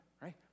right